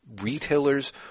retailers